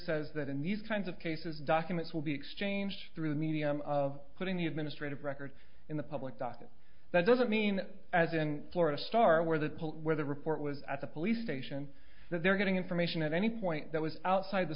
says that in these kinds of cases documents will be exchanged through the medium of putting the administrative record in the public docket that doesn't mean as in florida star where the where the report was at the police station that they're getting information at any point that was outside the